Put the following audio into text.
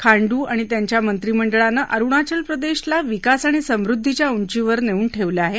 खांडू आणि त्यांच्या मंत्रिमंडळानं अरुणाचल प्रदेशला विकास आणि समृद्धीच्या उंचीवर नेऊन ठेवलं आहे